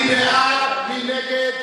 מי בעד ומי נגד